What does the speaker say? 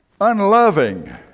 unloving